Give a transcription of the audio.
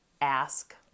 ask